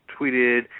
tweeted